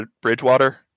Bridgewater